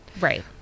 Right